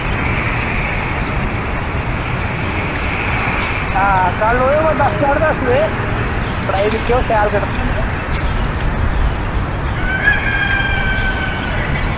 हां कल आवेयो कोई दस साड्ढे दस बजे कटाई दिक्खेओ शैल कट्टना होन्ना में